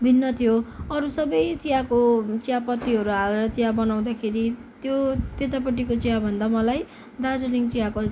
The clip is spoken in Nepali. भिन्नथियो अरू सबै चियाको चियापत्तीहरू हालेर चियापत्ती बनाउँदाखेरि त्यो त्यतापट्टिको चियाभन्दा मलाई दार्जिलिङ चियाको